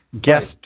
Guest